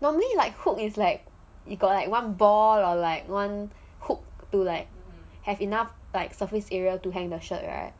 normally like hook is like you got like one ball or like one hook to like have enough like surface area to hang the shirt right